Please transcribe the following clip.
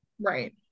right